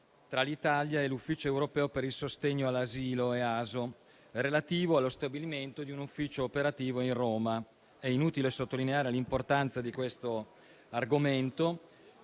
tra l'Italia e l'Ufficio europeo per il sostegno all'asilo (EASO), relativo allo stabilimento di un ufficio operativo in Roma. È inutile sottolineare l'importanza di questo argomento